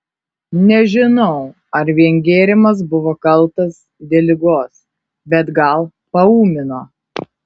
nežinau ar vien gėrimas buvo kaltas dėl ligos bet gal paūmino